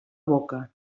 boca